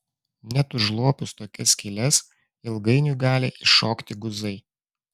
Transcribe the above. net užlopius tokias skyles ilgainiui gali iššokti guzai